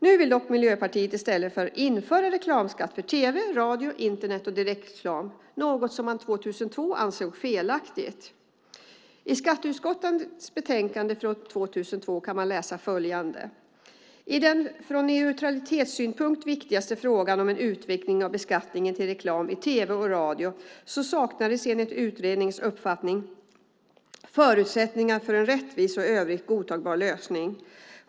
Nu vill dock Miljöpartiet i stället införa reklamskatt för tv, radio, Internet och direktreklam - något man 2002 ansåg felaktigt. I skatteutskottets betänkande från 2002 kan man läsa följande: "I den från neutralitetssynpunkt viktigaste frågan - en utvidgning av beskattningen till reklam i TV och radio - saknades enligt utredningens uppfattning förutsättningar för en rättvis och i övrigt godtagbar lösning.